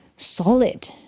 solid